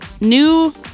new